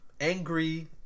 angry